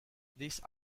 these